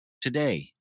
Today